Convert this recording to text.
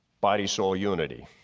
body-soul unity.